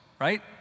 right